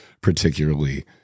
particularly